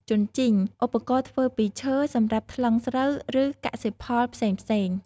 ជញ្ជីង ឧបករណ៍ធ្វើពីឈើសម្រាប់ថ្លឹងស្រូវ ឬកសិផលផ្សេងៗ។